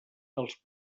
dels